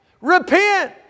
Repent